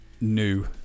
new